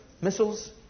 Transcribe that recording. missiles